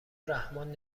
رحمان